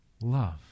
love